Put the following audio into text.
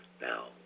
now